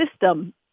system